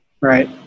Right